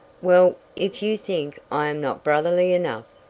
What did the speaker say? well, if you think i am not brotherly enough,